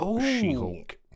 She-Hulk